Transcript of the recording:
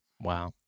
Wow